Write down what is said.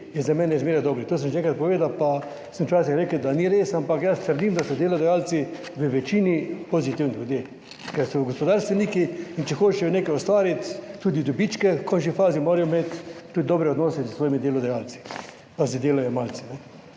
je za mene zmeraj dobrih. To sem že enkrat povedal, pa sem včasih rekel, da ni res, ampak jaz trdim, da so delodajalci v večini pozitivni ljudje, ker so gospodarstveniki in če hočejo nekaj ustvariti, tudi dobičke v končni fazi, morajo imeti tudi dobre odnose s svojimi delodajalci, pa z delojemalci.